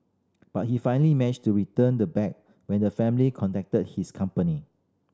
but he finally managed to return the bag when the family contacted his company